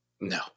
No